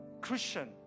christian